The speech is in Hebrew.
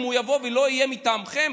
אם הוא יבוא ולא יהיה מטעמכם,